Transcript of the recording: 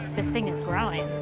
this thing is growing.